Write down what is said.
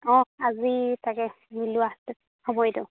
অঁ আজি তাকে মিলোৱা হ'ব এইটো